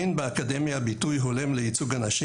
אין באקדמיה ביטוי הולם לייצוג נשים